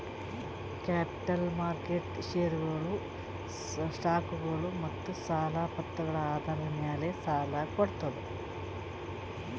capital market ಷೇರ್ಗೊಳು, ಸ್ಟಾಕ್ಗೊಳು ಮತ್ತ್ ಸಾಲ ಪತ್ರಗಳ್ ಆಧಾರ್ ಮ್ಯಾಲ್ ಸಾಲ ಕೊಡ್ತದ್